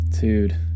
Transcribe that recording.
Dude